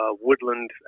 woodland